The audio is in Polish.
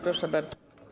Proszę bardzo.